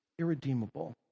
irredeemable